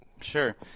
Sure